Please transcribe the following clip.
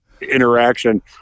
interaction